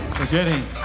Forgetting